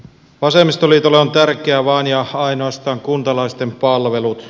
vasemmistoliitolle ovat tärkeitä vain ja ainoastaan kuntalaisten palvelut